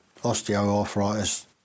osteoarthritis